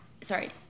Sorry